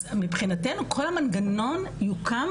אז מבחינתנו כל המנגנון הזה יוקם,